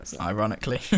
ironically